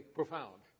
profound